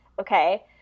okay